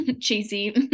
cheesy